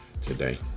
today